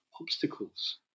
obstacles